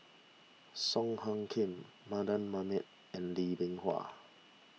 Song Hoot Kiam Mardan Mamat and Lee Bee Wah